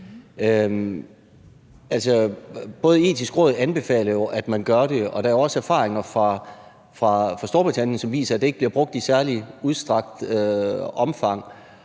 Det Etiske Råd anbefaler jo, at man gør det, og der er også erfaringer fra Storbritannien, som viser, at det ikke bliver brugt i særlig udstrakt grad.